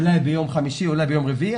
אולי ביום חמישי אולי ביום רביעי,